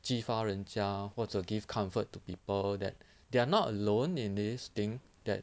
激发人家或者 give comfort to people that they are not alone in this thing that